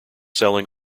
selling